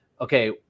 okay